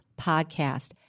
podcast